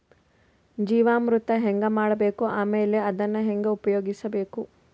ಜೀವಾಮೃತ ಹೆಂಗ ಮಾಡಬೇಕು ಆಮೇಲೆ ಅದನ್ನ ಹೆಂಗ ಉಪಯೋಗಿಸಬೇಕು?